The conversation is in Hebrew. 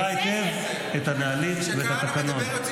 את מכירה היטב את הנהלים ואת התקנון.